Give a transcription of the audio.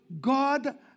God